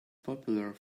popular